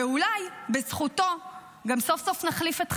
ואולי בזכותו גם סוף-סוף נחליף את חמאס,